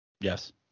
Yes